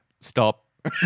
Stop